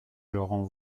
laurent